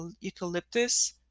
eucalyptus